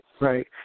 right